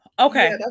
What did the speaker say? Okay